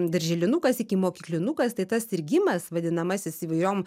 darželinukas ikimokyklinukas tai tas sirgimas vadinamasis įvairiom